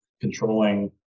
controlling